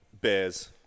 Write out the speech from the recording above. Bears